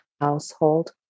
household